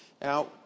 now